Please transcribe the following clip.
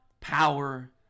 power